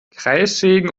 kreissägen